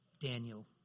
Daniel